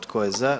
Tko je za?